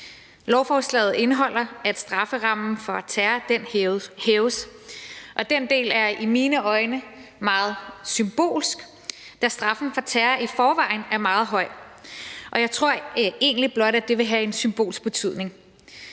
Lovforslaget indeholder, at strafferammen for terror hæves, og den del er i mine øjne meget symbolsk. da straffen for terror i forvejen er meget høj. Jeg tror egentlig blot, at det vil have en symbolsk betydning.